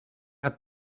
het